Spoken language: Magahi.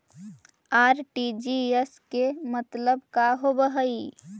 आर.टी.जी.एस के मतलब का होव हई?